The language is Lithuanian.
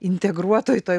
integruotoj toj